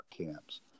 camps